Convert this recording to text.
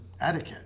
etiquette